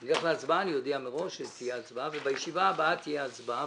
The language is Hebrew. כשנלך להצבעה אני אודיע מראש שתהיה הצבעה ובישיבה הבאה תהיה הצבעה,